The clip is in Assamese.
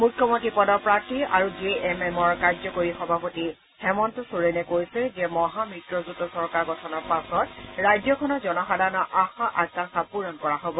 মুখ্যমন্ত্ৰী পদৰ প্ৰাৰ্থী আৰু জে এম এম ৰ কাৰ্যবাহী সভাপতি হেমন্ত চোৰেনে কৈছে যে মহা মিত্ৰজোঁটৰ চৰকাৰ গঠনৰ পাছত ৰাজ্যখনৰ জনসাধাৰণৰ আশা আকাংক্ষা পূৰণ কৰা হ'ব